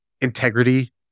integrity